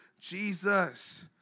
Jesus